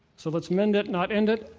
so, let's mend it, not end it,